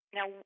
Now